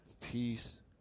peace